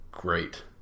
Great